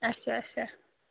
اَچھا اَچھا